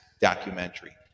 documentary